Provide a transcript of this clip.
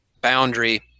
boundary